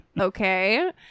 Okay